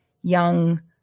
young